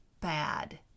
bad